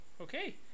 Okay